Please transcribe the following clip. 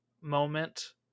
moment